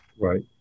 Right